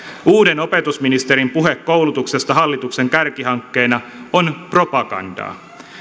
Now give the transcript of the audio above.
uuden opetusministerin puhe koulutuksesta hallituksen kärkihankkeena on propagandaa